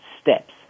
steps